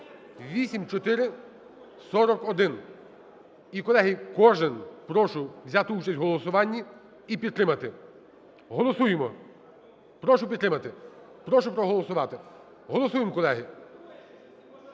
(8441). Колеги, кожен прошу взяти участь в голосуванні і підтримати. Голосуємо. Прошу підтримати, прошу проголосувати. Голосуємо, колеги!